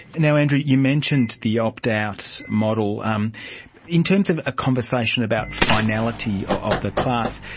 and so andrew, you mentioned the opt out model. um in terms of a conversation about finality of the class,